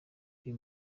uyu